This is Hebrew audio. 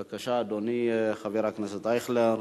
בבקשה, אדוני, חבר הכנסת אייכלר,